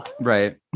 Right